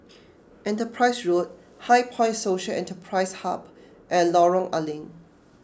Enterprise Road HighPoint Social Enterprise Hub and Lorong A Leng